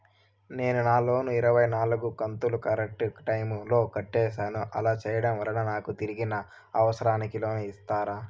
నేను నా లోను ఇరవై నాలుగు కంతులు కరెక్టు టైము లో కట్టేసాను, అలా సేయడం వలన నాకు తిరిగి నా అవసరానికి లోను ఇస్తారా?